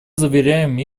заверяем